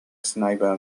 sniper